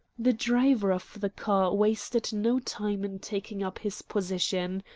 the driver of the car wasted no time in taking up his position.